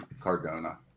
Cardona